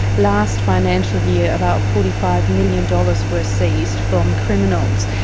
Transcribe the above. last financial year about forty five million dollars were seized from criminals.